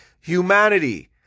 humanity